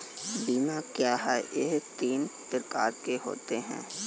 बीमा क्या है यह कितने प्रकार के होते हैं?